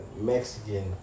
Mexican